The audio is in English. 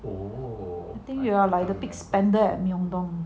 I think you are like the big spender at myeondong